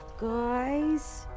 Guys